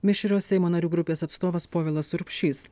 mišrios seimo narių grupės atstovas povilas urbšys